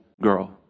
girl